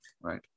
Right